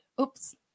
Oops